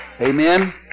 Amen